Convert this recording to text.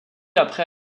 après